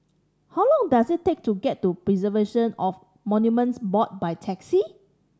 how long does it take to get to Preservation of Monuments Board by taxi